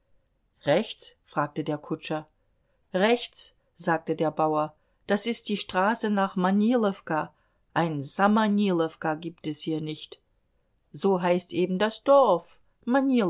rechts fragte der kutscher rechts sagte der bauer das ist die straße nach manilowka ein samanilowka gibt es hier nicht so heißt eben das dorf